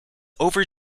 over